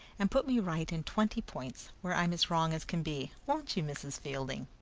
and put me right in twenty points where i'm as wrong as can be. won't you, mrs. fielding?